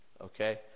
Okay